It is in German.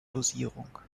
dosierung